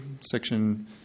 Section